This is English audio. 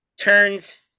turns